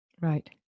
Right